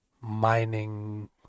mining